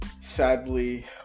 sadly